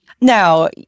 now